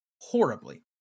Horribly